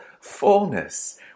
fullness